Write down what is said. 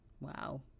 wow